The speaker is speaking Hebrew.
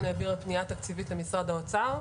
העביר פנייה תקציבית למשרד האוצר.